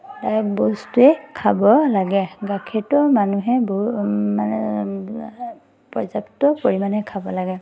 দায়ক বস্তুৱে খাব লাগে গাখীৰটো মানুহে বহু মানে পৰ্যাপ্ত পৰিমাণে খাব লাগে